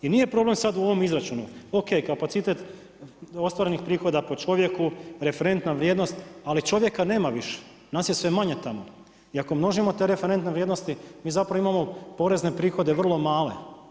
I nije problem sad u ovom izračunu, ok kapacitet ostvareni prihoda po čovjeku, referentna vrijednost, ali čovjeka nema više, nas je sve manje tamo i ako množimo te referentne vrijednosti mi zapravo imamo porezne prihode vrlo male.